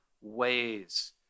ways